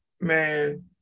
Man